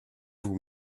vous